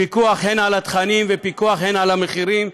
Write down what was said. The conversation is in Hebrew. פיקוח הן על התכנים והן על המחירים.